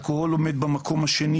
אלכוהול עומד במקום השני,